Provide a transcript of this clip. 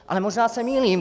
Ale možná se mýlím.